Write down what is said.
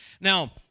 Now